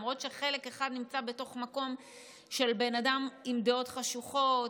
למרות שחלק אחד נמצא בתוך מקום של בן אדם עם דעות חשוכות,